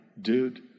dude